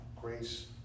Grace